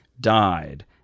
died